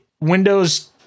windows